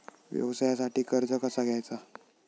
व्यवसायासाठी कर्ज कसा घ्यायचा?